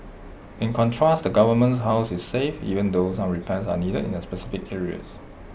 in contrast the government's house is safe even though some repairs are needed in specific areas